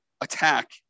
attack